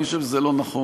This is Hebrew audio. אני חושב שזה לא נכון,